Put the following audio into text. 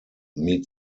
meet